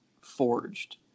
forged